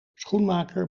schoenmaker